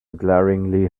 glaringly